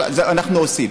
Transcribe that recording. אנחנו עושים.